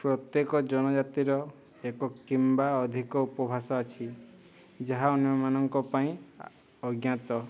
ପ୍ରତ୍ୟେକ ଜନଜାତିର ଏକ କିମ୍ବା ଅଧିକ ଉପଭାଷା ଅଛି ଯାହା ଅନ୍ୟମାନଙ୍କ ପାଇଁ ଅଜ୍ଞାତ